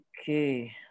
Okay